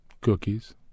Cookies